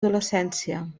adolescència